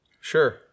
Sure